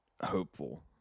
hopeful